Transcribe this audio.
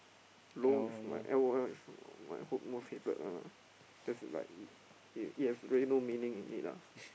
lol is my L_O_L is my ho~ most hated lah cause like it it it has really no meaning in it lah